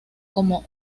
como